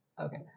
Okay